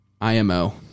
IMO